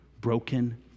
broken